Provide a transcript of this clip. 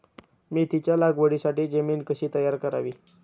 मेथीच्या लागवडीसाठी जमीन कशी तयार करावी?